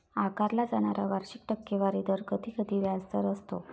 आकारला जाणारा वार्षिक टक्केवारी दर कधीकधी व्याजदर असतो